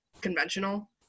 conventional